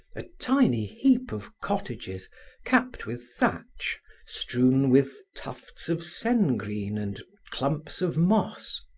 a tiny heap of cottages capped with thatch strewn with tufts of sengreen and clumps of moss.